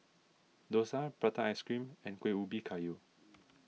Dosa Prata Ice Cream and Kuih Ubi Kayu